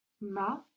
Ma